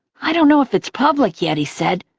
i don't know if it's public yet, he said,